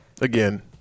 Again